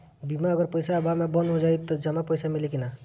बीमा अगर पइसा अभाव में बंद हो जाई त जमा पइसा मिली कि न?